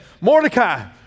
Mordecai